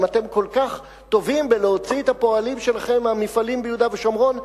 אם אתם כל כך טובים בלהוציא את הפועלים שלכם מהמפעלים ביהודה ושומרון,